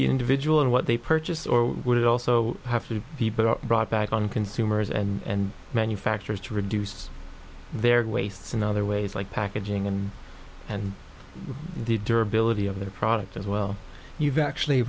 the individual and what they purchase or would it also have to be but are brought back on consumers and manufacturers to reduce their wastes in other ways like packaging and and the derby of their products as well you've actually